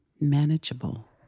manageable